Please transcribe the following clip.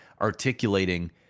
articulating